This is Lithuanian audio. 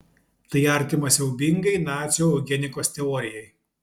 tai artima siaubingai nacių eugenikos teorijai